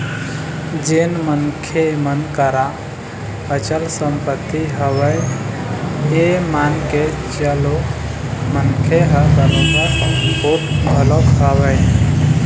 जेन मनखे मन करा अचल संपत्ति हवय ये मान के चल ओ मनखे ह बरोबर पोठ घलोक हवय